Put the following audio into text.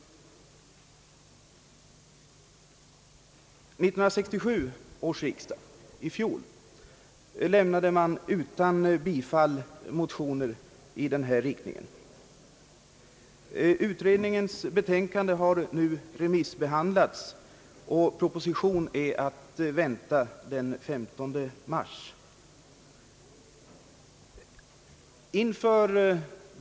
Vid 1967 års riksdag lämnades utan bifall motioner av samma innebörd som den nu föreliggande. Utredningens betänkande har remissbehandlats, och proposition är att vänta den 15 mars i år.